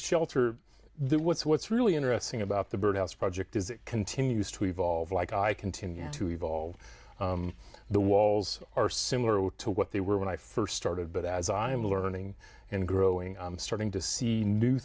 shelter the what's what's really interesting about the bird house project is it continues to evolve like i continue to evolve the walls are similar to what they were when i st started but as i'm learning and growing i'm starting to see new